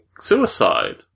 suicide